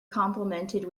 complimented